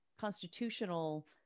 constitutional